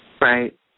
Right